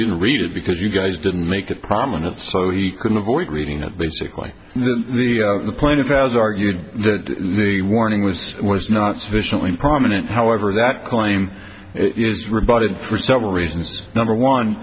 didn't read it because you guys didn't make it prominent so he couldn't avoid reading it basically the plaintiff has argued that the warning was was not sufficiently prominent however that claim is rebutted for several reasons number one